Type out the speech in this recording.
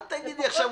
אל תגיד לי עכשיו,